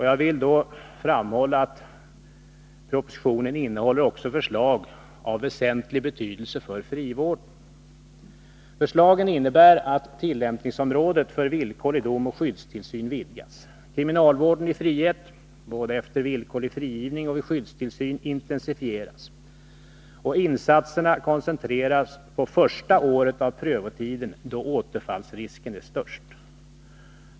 Jag vill framhålla att propositionen också innehåller förslag av väsentlig betydelse för frivården. Förslagen innebär att tillämpningsområdet för villkorlig dom och skyddstillsyn vidgas. Kriminalvården i frihet, både efter villkorlig frigivning och vid skyddstillsyn, intensifieras. Insatserna koncentreras på första året av prövotiden, då återfallsrisken är störst.